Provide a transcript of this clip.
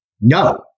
no